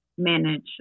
manage